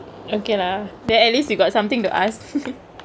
okay lah then at least you got somethingk to ask